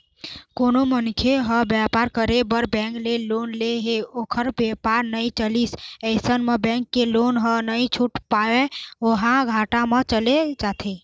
कोनो मनखे ह बेपार करे बर बेंक ले लोन ले हे ओखर बेपार नइ चलिस अइसन म बेंक के लोन ल नइ छूट पावय ओहा घाटा म चले जाथे